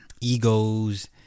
egos